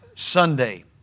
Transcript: Sunday